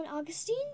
Augustine